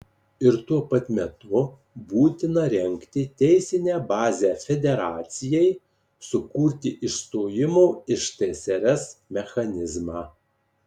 ir tuo pat metu būtina rengti teisinę bazę federacijai sukurti išstojimo iš tsrs mechanizmą